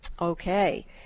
Okay